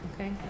okay